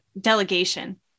delegation